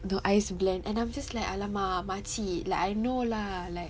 the ice blend and I'm just like !alamak! makcik like I know lah like